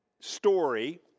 story